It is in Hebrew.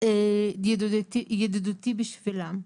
וידידותי בשבילם.